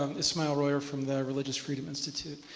um ishmael royer from the religious freedom institute.